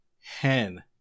hen